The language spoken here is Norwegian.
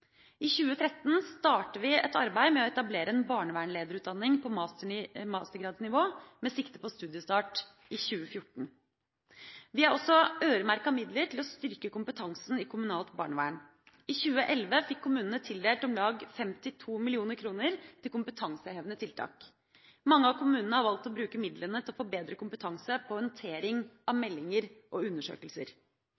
I 2013 starter vi et arbeid med å etablere en barnevernlederutdanning på mastergradsnivå med sikte på studiestart i 2014. Vi har også øremerket midler til å styrke kompetansen i kommunalt barnevern. I 2011 fikk kommunene tildelt om lag 52 mill. kr til kompetansehevende tiltak. Mange av kommunene har valgt å bruke midlene til å få bedre kompetanse på håndtering av